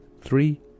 Three